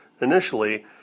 initially